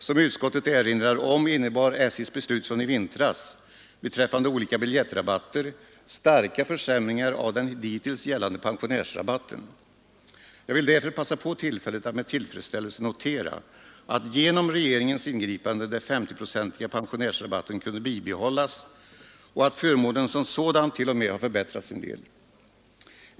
Som utskottet erinrar om innebar SJ:s beslut från i vintras beträffande olika biljettrabatter starka försämringar av den hittills gällande pensionärsrabatten. Jag vill därför passa på tillfället att med tillfredsställelse notera att genom regeringens ingripande den S0-procentiga pensionärsrabatten kunde bibehållas och att förmånen som sådan t.o.m. har förbättrats en del.